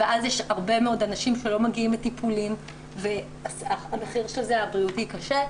ואז יש הרבה מאוד אנשים שלא מגיעים לטיפולים והמחיר הבריאותי של זה קשה,